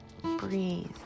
breathe